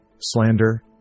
slander